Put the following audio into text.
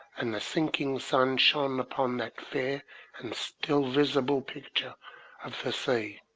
and the sinking sun shone upon that fair and still visible picture of the sea,